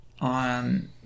on